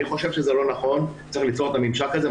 אני חושב שזה לא נכון וצריך ליצור את הממשק הזה,